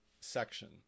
Section